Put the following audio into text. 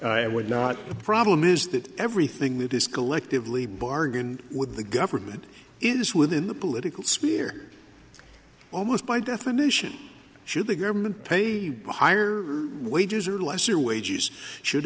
i would not the problem is that everything that is collectively bargained with the government is within the political sphere almost by definition should the government pay higher wages or less or wages should